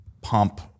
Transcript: pump